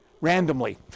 randomly